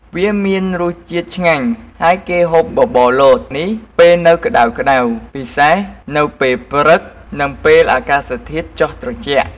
វាមានរសជាតិឆ្ញាញ់ ហើយគេហូបបបរលតនេះពេលនៅក្តៅៗពិសេសនៅពេល ព្រឹក និងពេលអាកាសធាតុចុះត្រជាក់។